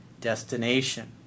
destination